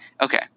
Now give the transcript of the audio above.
Okay